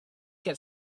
get